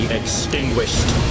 extinguished